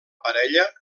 parella